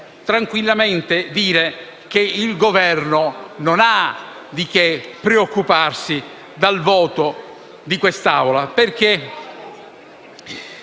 tranquillamente dire che il Governo non ha di che preoccuparsi dal voto di quest'Assemblea.